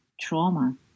trauma